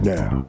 now